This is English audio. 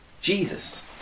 Jesus